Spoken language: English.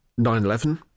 9-11